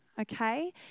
okay